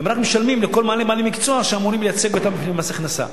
הם רק משלמים לכל מיני בעלי מקצוע שאמורים לייצג אותם בפני מס הכנסה.